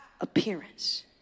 Appearance